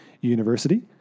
University